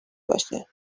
باشه